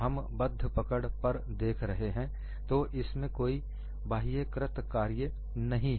हम बद्ध पकड़ पर देख रहे हैं तो इसमें कोई बाह्य कृत कार्य नहीं है